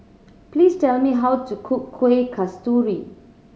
please tell me how to cook Kuih Kasturi